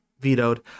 vetoed